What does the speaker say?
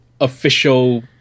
official